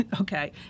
okay